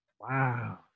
Wow